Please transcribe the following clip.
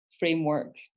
framework